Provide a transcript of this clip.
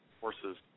horses